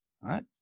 right